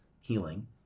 healing